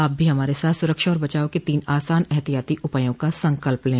आप भी हमारे साथ सुरक्षा और बचाव के तीन आसान एहतियाती उपायों का संकल्प लें